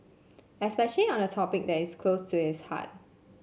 especially on a topic that is close to his heart